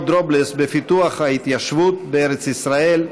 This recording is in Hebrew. דרובלס בפיתוח ההתיישבות בארץ ישראל,